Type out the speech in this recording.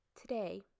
Today